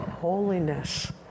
holiness